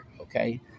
Okay